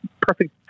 Perfect